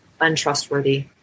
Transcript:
untrustworthy